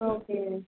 okay ma'am